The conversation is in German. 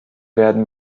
werden